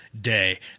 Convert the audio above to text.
day